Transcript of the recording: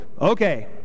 Okay